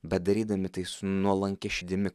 bet darydami tai su nuolankia širdimi